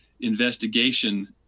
investigation